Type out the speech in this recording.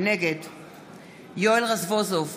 נגד יואל רזבוזוב,